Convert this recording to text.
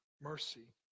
mercy